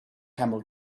camel